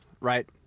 right